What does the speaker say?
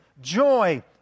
joy